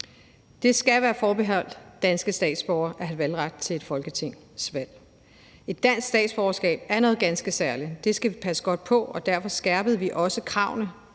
Det skal være forbeholdt danske statsborgere at have valgret til et folketingsvalg. Et dansk statsborgerskab er noget ganske særligt. Det skal vi passe godt på, og derfor skærpede vi jo også kravene